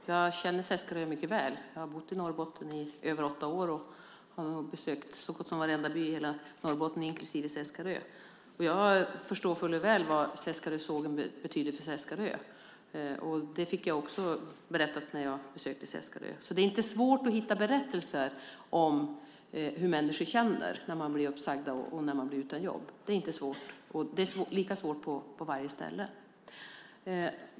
Fru talman! Jag känner Seskarö mycket väl. Jag har bott i Norrbotten i över åtta år och har besökt så gott som varenda by i hela Norrbotten inklusive Seskarö. Jag förstår mycket väl vad Seskarösågen betyder för Seskarö. Det fick jag också berättat när jag besökte Seskarö. Det är inte svårt att hitta berättelser om hur människor känner när de blir uppsagda och utan jobb. Det är inte svårt att göra det, och det är lika svårt på varje ställe.